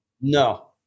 No